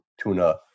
tuna